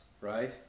right